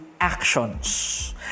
actions